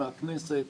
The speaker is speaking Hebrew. מהכנסת,